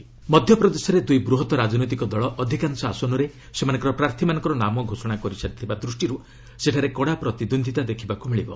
MP election ମଧ୍ୟପ୍ରଦେଶରେ ଦୁଇ ବୃହତ୍ ରାଜନୈତିକ ଦଳ ଅଧିକାଂଶ ଆସନରେ ସେମାନଙ୍କ ପ୍ରାର୍ଥୀମାନଙ୍କର ନାମ ଘୋଷଣା କରିସାରିଥିବା ଦୃଷ୍ଟିରୁ ସେଠାରେ କଡ଼ା ପ୍ରତିଦ୍ୱନ୍ଦ୍ୱିତା ଦେଖିବାକୁ ମିଳିବ